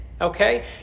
Okay